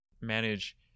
manage